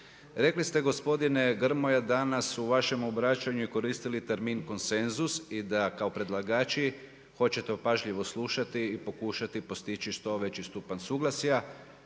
Rekli ste gospodine Grmoja danas u vašem obraćanju i koristili termin konsenzus i da kao predlagači hoćete opažljivo slušati i pokušati postići što veći stupanj suglasja